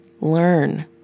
learn